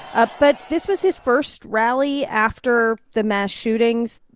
ah but this was his first rally after the mass shootings.